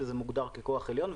שזה מוגדר ככוח עליון,